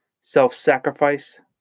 self-sacrifice